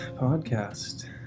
podcast